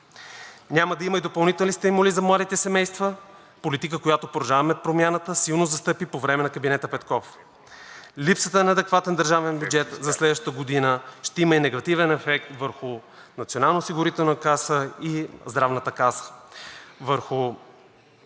Няма да има и допълнителни стимули за младите семейства – политика, която „Продължаваме Промяната“ силно застъпи по време на кабинета Петков. Липсата на адекватен държавен бюджет за следващата година ще има и негативен ефект върху Националноосигурителната каса,